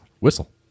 Whistle